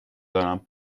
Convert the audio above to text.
دارم